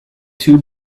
two